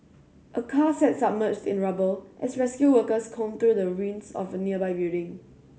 a car sat submerged in rubble as rescue workers combed through the ruins of a nearby building